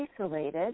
isolated